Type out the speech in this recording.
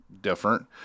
different